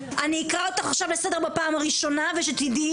אני אקרא אותך עכשיו לסדר בפעם הראשונה ושתדעי